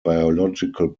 biological